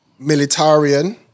Militarian